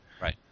right